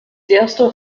erste